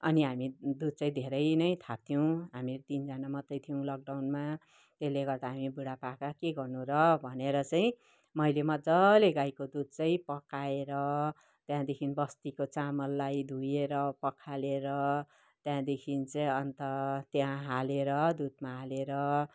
अनि हामी दुध चाहिँ धेरै नै थाप्थ्यौँ हामीहरू तिनजना मात्रै थियौँ लकडाउनमा त्यसले गर्दा हामी बुढापाका के गर्नु र भनेर चाहिँ मैले मज्जाले गाईको दुध चाहिँ पकाएर त्यहाँदेखि बस्तीको चामललाई धोएर पखालेर त्यहाँदेखि चाहिँ अन्त त्यहाँ हालेर दुधमा हालेर